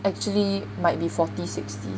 actually might be forty sixty